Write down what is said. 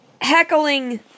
heckling